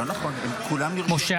בעד משה